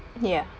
ya